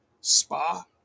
Spa